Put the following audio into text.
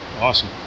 Awesome